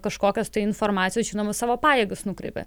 kažkokios informacijos žinoma savo pajėgas nukreipia